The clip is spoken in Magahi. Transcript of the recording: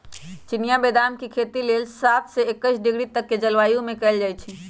चिनियाँ बेदाम के खेती लेल सात से एकइस डिग्री तक के जलवायु में कएल जाइ छइ